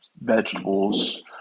vegetables